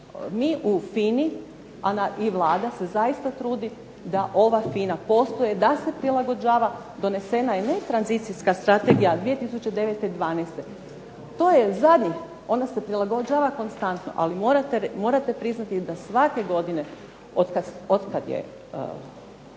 mi u FINA-i i Vlada se zaista trudi da ova FINA posluje, da se prilagođava, donesena je netranzicijska strategija 2009.-2012. To je zadnjih, ona se prilagođava konstantno, ali morate priznati da svake godine otkad je